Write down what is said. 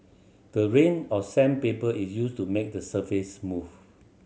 the range of sandpaper is used to make the surface smooth